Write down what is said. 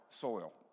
soil